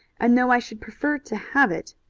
and though i should prefer to have it,